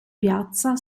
piazza